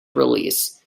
release